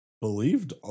believed